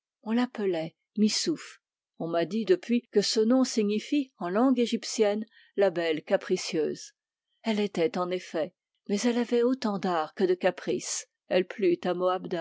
on l'appelait missouf on m'a dit depuis que ce nom signifie en langue égyptienne la belle capricieuse elle l'était en effet mais elle avait autant d'art que de caprice elle plut à